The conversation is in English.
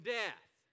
death